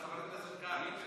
אתה אמרת: חבר הכנסת קרעי.